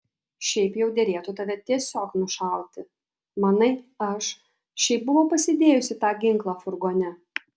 šiaip jau derėtų tave tiesiog nušauti manai aš šiaip buvau pasidėjusi tą ginklą furgone